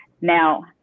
Now